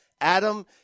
Adam